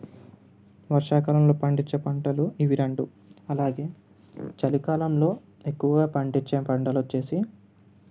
వర్షా కాలంలో పండించే పంటలు ఇవి రెండు అలాగే చలికాలంలో ఎక్కువగా పండించే పంటలు వచ్చి